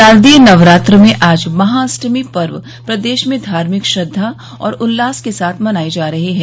शारदीय नवरात्र में आज महाष्टमी पर्व प्रदेश में धार्मिक श्रद्वा और उल्लास के साथ मनाई जा रही है